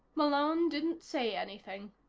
malone didn't say anything.